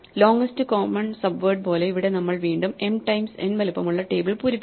longest common sub subword പോലെ ഇവിടെ നമ്മൾ വീണ്ടും m ടൈംസ് n വലുപ്പമുള്ള ടേബിൾ പൂരിപ്പിക്കുന്നു